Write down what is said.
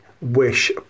wish